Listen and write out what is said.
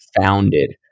founded